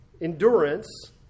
endurance